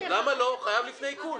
אבל זה לא חייב לפני עיקול.